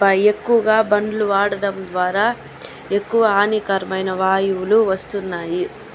బాగా ఎక్కువగా బండ్లు వాడటం ద్వారా ఎక్కువ హానికరమైన వాయువులు వస్తున్నాయి